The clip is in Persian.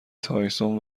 تایسون